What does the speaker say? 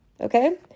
Okay